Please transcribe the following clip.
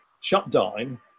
shutdown